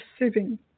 receiving